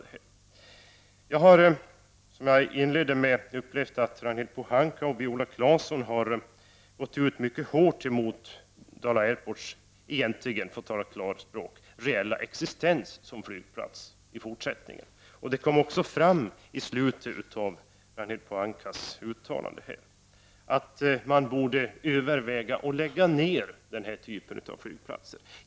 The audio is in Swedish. Som jag sade inledningsvis har jag upplevt att Ragnhild Pohanka och Viola Claesson har gått mycket hårt mot Dala Airport, för att tala klarspråk, reella existens som flygplats i fortsättningen. Det kom fram i slutet av Ragnhild Pohankas anförande. Hon säger att man borde överväga att lägga ned den här typen av flygplatser.